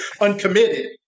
uncommitted